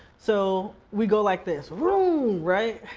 so we go like this, vroom, right?